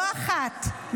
לא אחת,